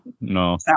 no